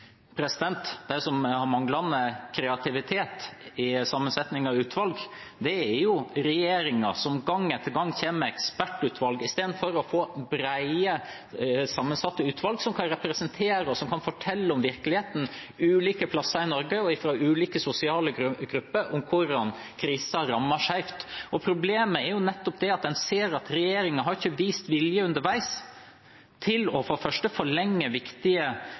Det som er manglende kreativitet når det gjelder sammensetning av utvalg, står jo regjeringen for ved gang etter gang å komme med ekspertutvalg, i stedet for bredt sammensatte utvalg som representerer og kan fortelle om virkeligheten ulike steder i Norge, i ulike sosiale grupper, og om hvordan krisen rammer skeivt. Problemet er nettopp at regjeringen ikke har vist vilje underveis til å